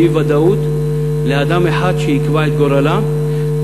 באי-ודאות לאדם אחד שיקבע את גורלם.